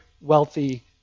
wealthy